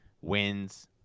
wins